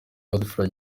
godfrey